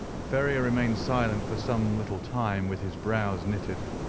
ferrier remained silent for some little time with his brows knitted.